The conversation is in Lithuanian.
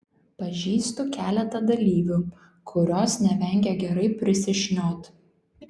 pažįstu keletą dalyvių kurios nevengia gerai prisišniot